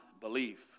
belief